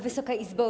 Wysoka Izbo!